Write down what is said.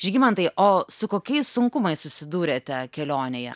žygimantai o su kokiais sunkumais susidūrėte kelionėje